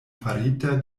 farita